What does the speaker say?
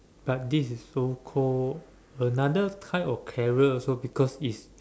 but this is so call another type of career also because it's